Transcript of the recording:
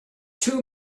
two